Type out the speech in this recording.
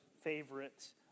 favorites